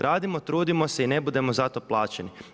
Radimo, trudimo se i ne budemo za to plaćeni.